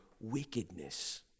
wickedness